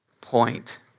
point